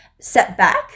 setback